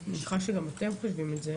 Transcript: אני מניחה שגם אתם חושבים את זה